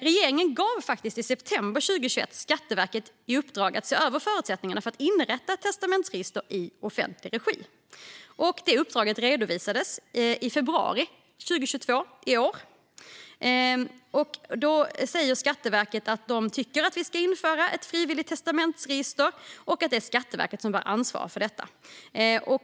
Regeringen gav faktiskt i september 2021 Skatteverket i uppdrag att se över förutsättningarna för att inrätta ett testamentsregister i offentlig regi. Uppdraget redovisades i februari 2022. Och Skatteverket sa då att de tycker att det ska införas ett frivilligt testamentsregister och att det är Skatteverket som bör ansvara för detta.